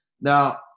Now